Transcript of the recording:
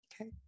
okay